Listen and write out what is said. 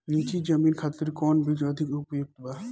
नीची जमीन खातिर कौन बीज अधिक उपयुक्त बा?